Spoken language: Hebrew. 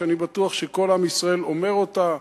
שאני בטוח שכל עם ישראל אומר אותה,